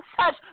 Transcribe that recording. touch